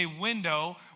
window